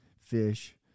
fish